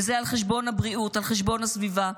וזה על חשבון הבריאות, על חשבון הסביבה,